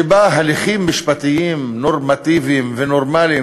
שבה הליכים משפטיים נורמטיביים ונורמליים